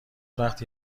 وقتی